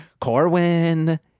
Corwin